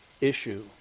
issue